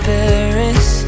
Paris